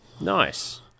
Nice